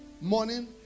morning